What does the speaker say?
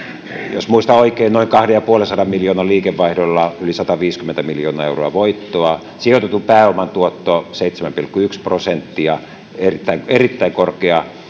jos muistan oikein noin kahdensadanviidenkymmenen miljoonan liikevaihdolla yli sataviisikymmentä miljoonaa euroa voittoa sijoitetun pääoman tuotto seitsemän pilkku yksi prosenttia erittäin erittäin korkea